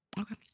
Okay